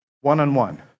one-on-one